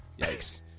Yikes